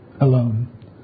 alone